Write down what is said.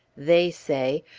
they say,